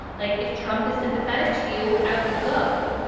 like if trump is sympathetic to you, out you go.